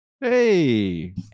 Hey